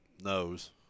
knows